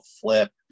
flip